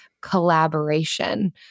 collaboration